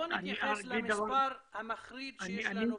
בוא נתייחס למספר המחריד שיש לנו פה.